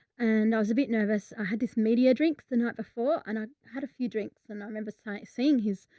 and i was a bit nervous. i had this media drinks the night before and i had a few drinks and i remember saying saying his,